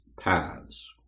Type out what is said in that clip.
paths